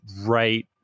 right